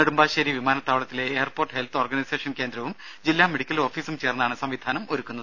നെടുമ്പാശ്ശേരി വിമാനത്താവളത്തിലെ airport health organisation കേന്ദ്രവും ജില്ലാ മെഡിക്കൽ ഓഫീസും ചേർന്നാണ് സംവിധാനമൊരുക്കുന്നത്